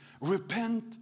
repent